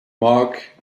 mark